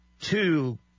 two